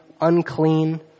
unclean